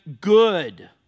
good